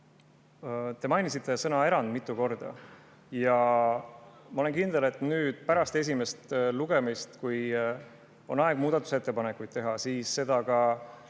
Te mainisite sõna "erand" mitu korda. Ma olen kindel, et pärast esimest lugemist, kui on aeg muudatusettepanekuid teha, neid ka